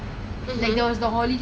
oh my god I bought it lah